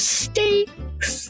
steaks